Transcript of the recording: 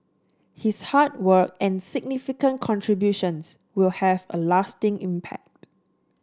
his hard work and significant contributions will have a lasting impact